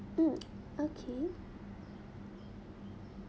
mm okay